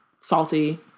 salty